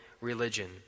religion